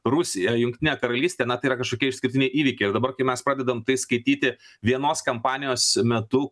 rusija jungtinė karalystė na tai yra kažkokie išskirtiniai įvykiai ir dabar kai mes pradedam tai skaityti vienos kampanijos metu